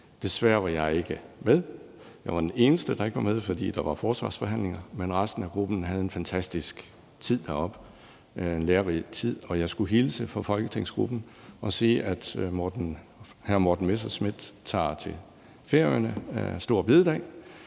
Desværre var jeg ikke med; jeg var den eneste, der ikke var med, fordi der var forsvarsforhandlinger. Men resten af gruppen havde en fantastisk og lærerig tid deroppe, og jeg skulle hilse fra folketingsgruppen og sige, at hr. Morten Messerschmidt tager til Færøerne på store bededag